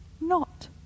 Not